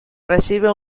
recibe